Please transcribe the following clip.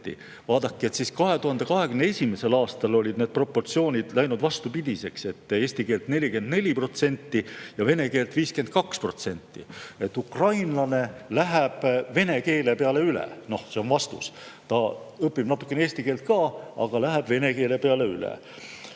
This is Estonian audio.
vene keelt 33%, 2021. aastal olid need proportsioonid läinud vastupidiseks: eesti keelt 44% ja vene keelt 52%. Ukrainlane läheb vene keele peale üle, see on [järeldus]. Ta õpib natukene eesti keelt ka, aga läheb vene keele peale üle.